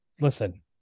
listen